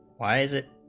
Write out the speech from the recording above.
why is it